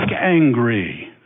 angry